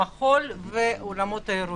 עולם המחול ואולמות האירועים.